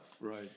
Right